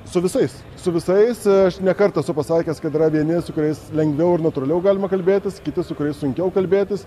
su visais su visais aš ne kartą esu pasakęs kad yra vieni su kuriais lengviau ir natūraliau galima kalbėtis kiti su kuriais sunkiau kalbėtis